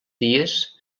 dies